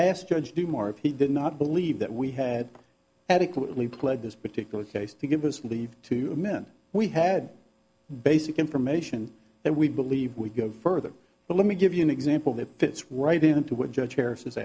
ask judge do more if he did not believe that we had adequately pled this particular case to give us leave to men we had basic information that we believe we go further but let me give you an example that fits right in to what judge harris is